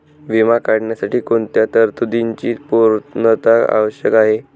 विमा काढण्यासाठी कोणत्या तरतूदींची पूर्णता आवश्यक आहे?